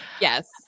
Yes